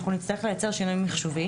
אנחנו נצטרך לייצר שינוי מחשובי,